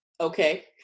Okay